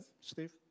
Steve